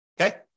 okay